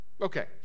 Okay